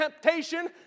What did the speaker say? temptation